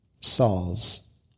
solves